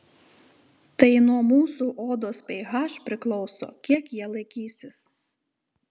tai nuo mūsų odos ph priklauso kiek jie laikysis